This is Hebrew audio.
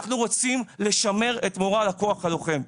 אנחנו רוצים לשמר את מורל הכוח הלוחם.